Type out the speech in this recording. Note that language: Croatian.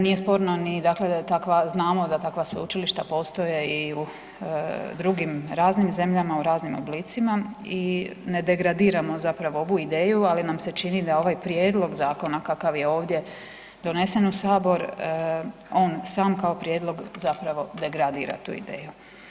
Nije sporno ni dakle, da takva, znamo da takva sveučilišta postoje i u drugim raznim zemljama u raznim oblicima i ne degradiramo zapravo ovu ideju, ali nam se čini da ovaj prijedlog zakona, kakav je ovdje donesen u Sabor on sam kao prijedlog zapravo degradira tu ideju.